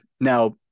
Now